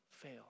fail